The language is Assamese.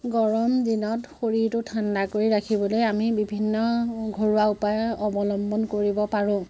গৰম দিনত শৰীৰটো ঠাণ্ডা কৰি ৰাখিবলৈ আমি বিভিন্ন ঘৰুৱা উপায় অৱলম্বন কৰিব পাৰোঁ